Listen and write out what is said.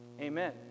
Amen